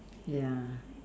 ya